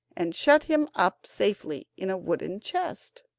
and shut him up safely in a wooden chest.